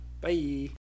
Bye